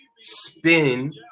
spin